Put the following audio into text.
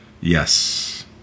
Yes